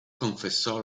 confessò